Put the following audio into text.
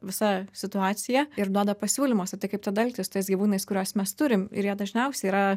visa situacija ir duoda pasiūlymus kaip tada elgtis su tais gyvūnais kuriuos mes turim ir jie dažniausiai yra